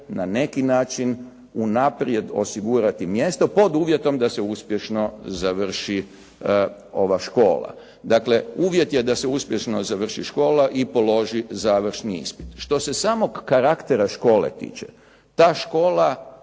na neki način unaprijed osigurati mjesto, pod uvjetom da se uspješno završi ova škola. Dakle, uvjet je da se uspješno završi škola i položi završni ispit. Što se samog karaktera škole tiče, ta škola